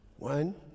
One